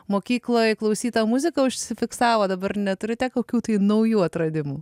mokykloj klausyta muzika užsifiksavo dabar neturite kokių naujų atradimų